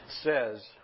says